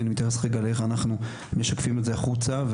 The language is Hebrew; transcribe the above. אני אתייחס לאיך אנחנו משתפים את זה החוצה,